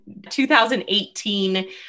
2018